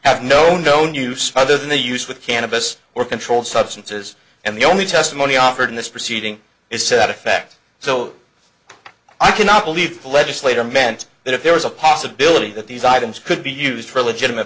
have no no new smothered in the use with cannabis or controlled substances and the only testimony offered in this proceeding is set effect so i cannot believe legislator meant that if there was a possibility that these items could be used for a legitimate